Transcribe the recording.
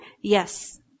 Yes